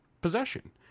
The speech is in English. possession